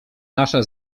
nasza